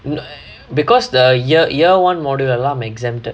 because the year year one module allow exempted